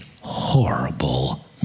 horrible